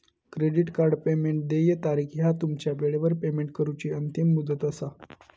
credit card payment देय तारीख ह्या तुमची वेळेवर पेमेंट करूची अंतिम मुदत असा